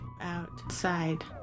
outside